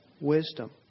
wisdom